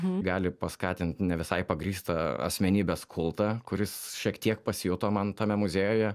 gali paskatint ne visai pagrįstą asmenybės kultą kuris šiek tiek pasijuto man tame muziejuje